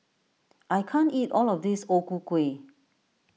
I can't eat all of this O Ku Kueh